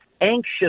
anxious